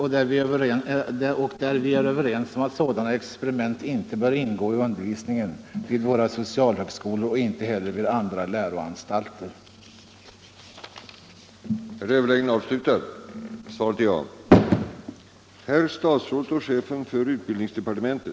Vi är alltså överens 25 februari 1975 om att sådana här experiment inte bör ingå i undervisningen vid våra socialhögskolor och inte heller vid andra läroanstalter. Om planerna på ett internationellt Överläggningen var härmed slutad. FN-universitet